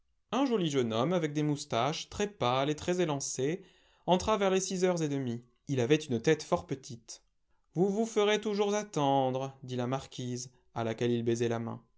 un joli jeune homme avec des moustaches très pâle et très élancé entra vers les six heures et demie il avait une tête fort petite vous vous ferez toujours attendre dit la marquise à laquelle il baisait la main